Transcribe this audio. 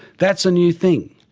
that's a new thing.